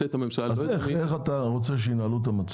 איך אתה רוצה שינהלו את המצב?